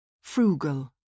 frugal